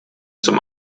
zum